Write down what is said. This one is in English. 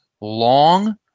long